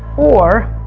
or.